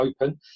open